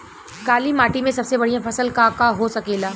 काली माटी में सबसे बढ़िया फसल का का हो सकेला?